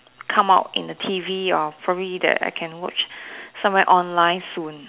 come out in the t_v or probably that I can watch somewhere online soon